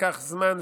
ההיערכות לקחה זמן,